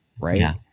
right